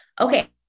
okay